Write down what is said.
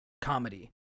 comedy